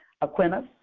Aquinas